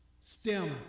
stem